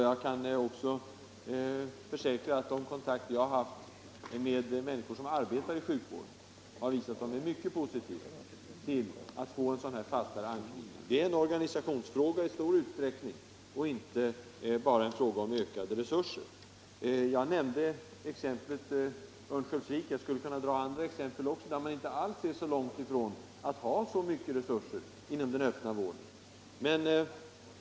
Jag kan också försäkra att de kontakter jag haft med människor som arbetar i sjukvården visat att de är mycket positiva till en sådan fastare anknytning patient-läkare som vi talar om. Det är i stor utsträckning en organisationsfråga, inte bara en fråga om ökade resurser. Jag nämnde exemplet Örnsköldsvik, och jag skulle kunna räkna upp också andra exempel, där det inte fattas mycket till det önskade läget i fråga om resurser i den öppna vården.